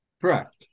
Correct